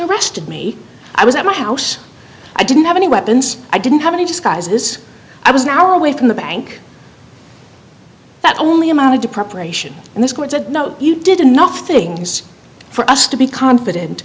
arrested me i was at my house i didn't have any weapons i didn't have any disguises i was an hour away from the bank that only amounted to preparation and this court said no you did enough things for us to be confident